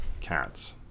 cats